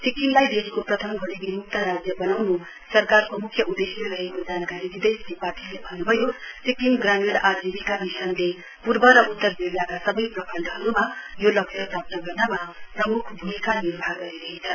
सिक्किमलाई देशको प्रथम गरीवीमुक्त राज्य वनाउनु सरकारको मुख्य उदेश्य रहेको जानकारी दिँदै श्री पाटिलले भन्नुभयो सिक्किम ग्रामीण आजीविका मिशनले पूर्व र उत्तर जिल्लाका सवै प्रखण्डहरुमा यो लक्ष्य प्राप्त गर्नमा प्रमुख भूमिका निर्वाह गरिरहेछ